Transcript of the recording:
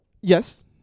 Yes